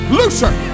looser